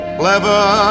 clever